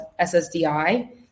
SSDI